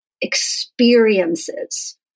experiences